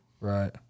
Right